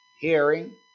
Hearing